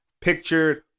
pictured